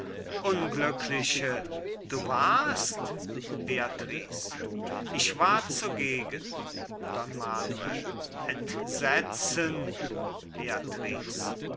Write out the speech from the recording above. unglückliche du warst beatrice ich war zugegen don manuel entsetzen